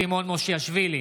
סימון מושיאשוילי,